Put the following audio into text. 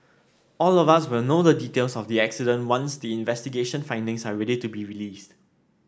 all of us will know the details of the accident once the investigation findings are ready to be released